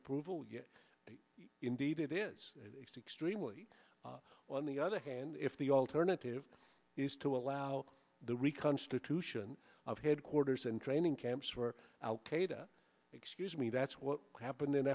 approval yes indeed it is extremely on the other hand if the alternative is to allow the reconstitution of headquarters and training camps for al qaeda excuse me that's what happened in